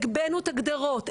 הגבהנו גדרות,